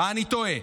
מה אני טועה?